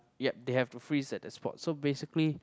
yup they have to freeze at the spot so basically